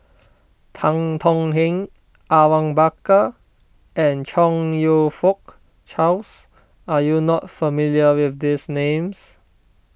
Tan Tong Hye Awang Bakar and Chong You Fook Charles are you not familiar with these names